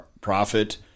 Prophet